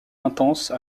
intenses